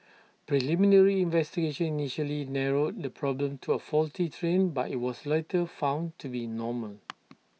preliminary investigation initially narrowed the problem to A faulty train but IT was later found to be normal